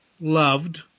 loved